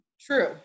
true